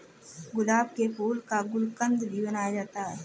गुलाब के फूल का गुलकंद भी बनाया जाता है